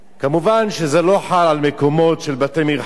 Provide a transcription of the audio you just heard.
כמובן, זה לא חל על מקומות של בתי-מרחץ